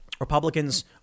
Republicans